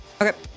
okay